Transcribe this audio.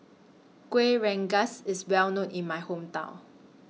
Kueh Rengas IS Well known in My Hometown